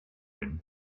him